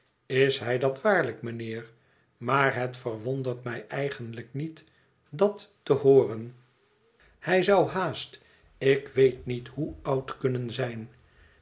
is hij dat waarlijk mijnheer maar het verwondert mij eigenlijk niet dat te hooren hij zou haast ik weet niet hoe oud kunnen zijn